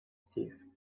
steve